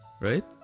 right